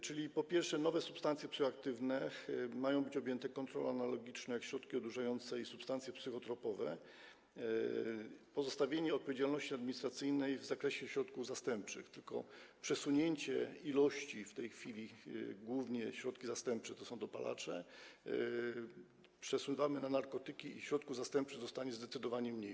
Czyli, po pierwsze, nowe substancje psychoaktywne mają być objęte kontrolą analogiczną jak w wypadku środków odurzających i substancji psychotropowych, pozostawienie odpowiedzialności administracyjnej w zakresie środków zastępczych, tylko przesunięcie w tej chwili ilości, środki zastępcze to są głównie dopalacze, przesuwamy to do narkotyków i środków zastępczych zostanie zdecydowanie mniej.